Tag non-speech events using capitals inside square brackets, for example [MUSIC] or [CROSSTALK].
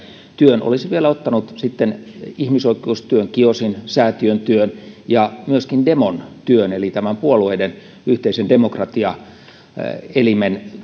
työn olisin vielä ottanut sitten ihmisoikeustyön kios säätiön työn ja myöskin demon työn eli tämän puolueiden yhteisen demokratiaelimen [UNINTELLIGIBLE]